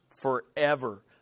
forever